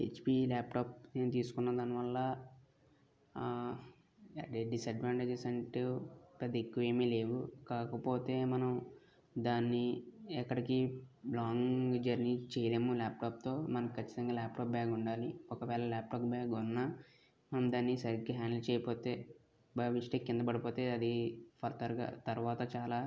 HP laptop నేను తీసుకున్న దాని వల్ల డిసడ్వాంటేజ్స్ అంటు పెద్ద ఎక్కువేమీ లేవు కాకపోతే మనం దాన్ని ఎక్కడికీ లాంగ్ జర్నీ చెయ్యలేము ల్యాప్టాప్తో మనకి ఖచ్చితంగా ల్యాప్టాప్ బ్యాగ్ ఉండాలి ఒక వేళ్ళ ల్యాప్టాప్ బ్యాగ్ ఉన్నా మనం దాన్ని సరిగా హ్యాండిల్ చెయ్యకపోతే బై మిస్టేక్ కింద పడిపోతే అది ఫర్దర్గా తరువాత చాలా